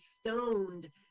stoned